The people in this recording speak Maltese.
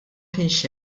kienx